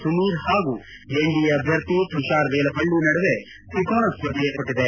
ಸುನೀರ್ ಹಾಗೂ ಎನ್ಡಿಎ ಅಭ್ಯರ್ಥಿ ತುಷಾರ್ ವೇಲಪಳ್ಳ ನಡುವೆ ತ್ರಿಕೋನ ಸ್ಪರ್ಧೆ ಏರ್ಪಟ್ಟದೆ